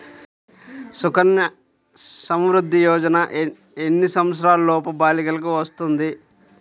సుకన్య సంవృధ్ది యోజన ఎన్ని సంవత్సరంలోపు బాలికలకు వస్తుంది?